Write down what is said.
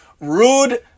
rude